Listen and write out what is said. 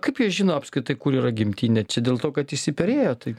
kaip jie žino apskritai kur yra gimtinė čia dėl to kad išsiperėjo taip